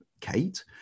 Kate